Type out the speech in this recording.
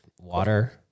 water